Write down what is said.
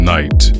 Night